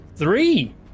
Three